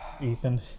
ethan